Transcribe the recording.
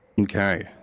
Okay